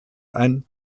ein